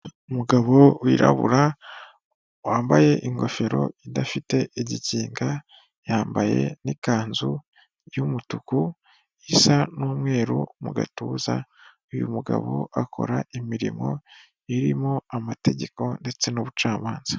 Umugabo wirabura wambaye ingofero idafite igikinga. Yambaye ni ikanzu y'umutuku isa n'umweru mu gatuza. Uyu mugabo akora imirimo irimo amategeko ndetse n'ubucamanza.